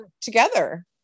together